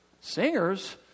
Singers